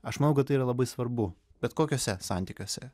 aš manau kad tai yra labai svarbu bet kokiuose santykiuose